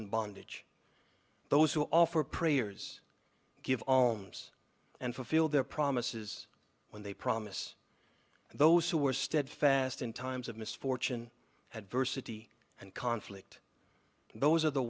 in bondage those who offer prayers give alms and fulfill their promises when they promise those who are steadfast in times of misfortune had versity and conflict those are the